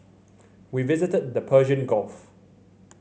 we visited the Persian Gulf